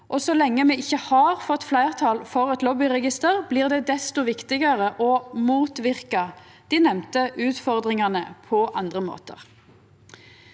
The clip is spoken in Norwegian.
Så lenge me ikkje har fått fleirtal for eit lobbyregister, blir det desto viktigare å motverka dei nemnde utfordringane på andre måtar.